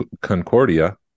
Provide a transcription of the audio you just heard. Concordia